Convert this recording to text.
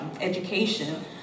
education